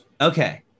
okay